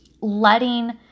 letting